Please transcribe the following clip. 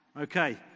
Okay